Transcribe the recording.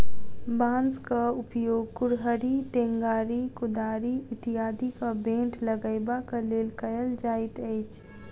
बाँसक उपयोग कुड़हड़ि, टेंगारी, कोदारि इत्यादिक बेंट लगयबाक लेल कयल जाइत अछि